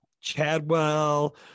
Chadwell